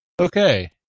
Okay